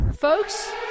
Folks